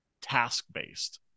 task-based